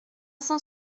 cent